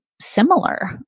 similar